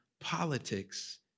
politics